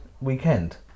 weekend